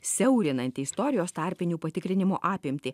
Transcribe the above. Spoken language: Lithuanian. siaurinanti istorijos tarpinių patikrinimų apimtį